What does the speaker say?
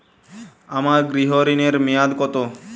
আমার গৃহ ঋণের মেয়াদ কত?